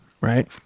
right